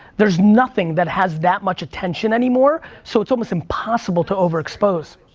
there's nothing that has that much attention anymore, so it's almost impossible to overexpose.